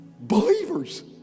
believers